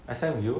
S_M_U